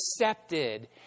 accepted